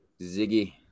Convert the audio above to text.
Ziggy